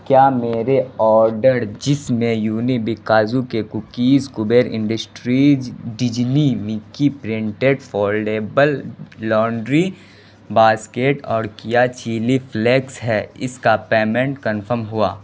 کیا میرے آڈڑ جس میں یونیبک کاجو کے cookies Kabir industries Disney Mickey printed foldable laundry basket اور کیا چیلی فلیکس ہے اس کا پیمنٹ کنفم ہوا